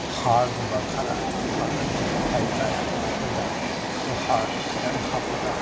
ꯍꯥꯔꯒꯨꯝꯕ ꯈꯔ ꯂꯥꯛꯀꯅꯤ ꯍꯥꯏꯕ ꯇꯥꯏ ꯑꯩꯈꯣꯏꯗ ꯑꯗꯨ ꯍꯥꯔ ꯈꯤꯇꯪ ꯍꯥꯞꯄꯒ